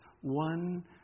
one